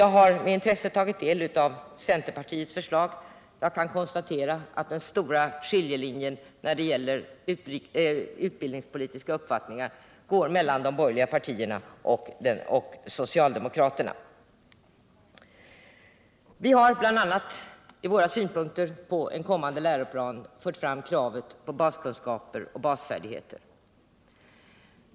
Jag har med intresse tagit del av centerpartiets förslag och kan konstatera att skiljelinjen när det gäller utbildningspolitiska uppfattningar går mellan de borgerliga partierna och socialdemokraterna. Vi har i våra synpunkter på den kommande läroplanen fört fram krav på baskunskaper och basfärdigheter.